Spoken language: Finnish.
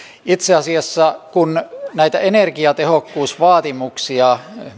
itse asiassa kun näitä energiatehokkuusvaatimuksia